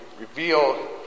reveal